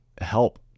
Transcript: help